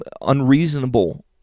unreasonable